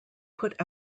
put